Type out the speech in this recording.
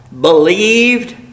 Believed